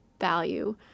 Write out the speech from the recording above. value